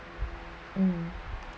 um